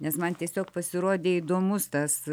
nes man tiesiog pasirodė įdomus tas